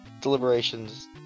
Deliberations